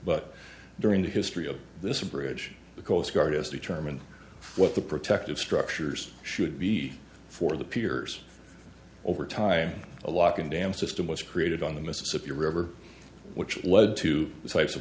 but during the history of this bridge the coast guard has determined what the protective structures should be for the piers over time a lock and dam system was created on the mississippi river which led to the types of